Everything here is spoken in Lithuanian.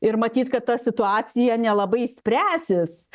ir matyt kad ta situacija nelabai spręsis